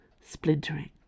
splintering